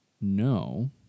No